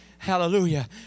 Hallelujah